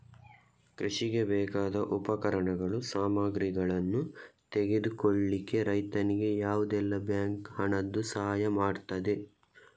ಕೃಷಿಗೆ ಬೇಕಾದ ಉಪಕರಣಗಳು, ಸಾಮಗ್ರಿಗಳನ್ನು ತೆಗೆದುಕೊಳ್ಳಿಕ್ಕೆ ರೈತನಿಗೆ ಯಾವುದೆಲ್ಲ ಬ್ಯಾಂಕ್ ಹಣದ್ದು ಸಹಾಯ ಮಾಡ್ತದೆ?